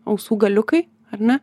ausų galiukai ar ne